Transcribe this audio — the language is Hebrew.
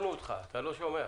של הוועדה.